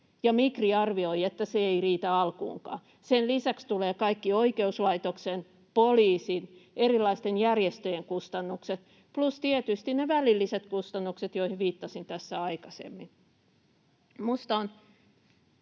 Migri arvioi, että se ei riitä alkuunkaan. Sen lisäksi tulevat kaikki oikeuslaitoksen, poliisin ja erilaisten järjestöjen kustannukset, plus tietysti ne välilliset kustannukset, joihin viittasin tässä aikaisemmin.